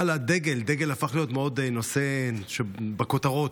הדגל הפך להיות נושא בכותרות,